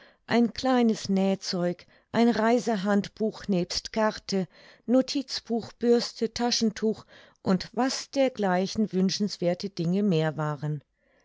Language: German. ein kleines nähzeug ein reisehandbuch nebst karte notizbuch bürste taschentuch und was dergleichen wünschenswerthe dinge mehr waren